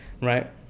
right